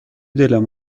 دلم